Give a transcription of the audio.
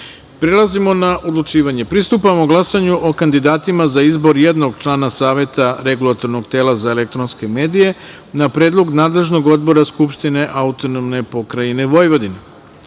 liste. Prelazimo na odlučivanje. Pristupamo glasanju o kandidatima za izbor jednog člana Saveta Regulatornog tela za elektronske medije, na predlog nadležnog odbora Skupštine AP Vojvodine. Kandidati